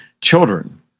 children